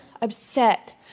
upset